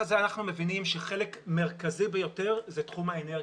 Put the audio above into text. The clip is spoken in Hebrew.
מבינים שחלק מרכזי ביותר זה תחום האנרגיה.